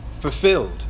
fulfilled